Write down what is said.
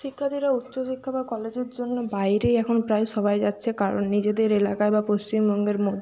শিক্ষার্থীরা উচ্চ শিক্ষা বা কলেজের জন্য বাইরেই এখন প্রায় সবাই যাচ্ছে কারণ নিজেদের এলাকায় বা পশ্চিমবঙ্গের মধ্যে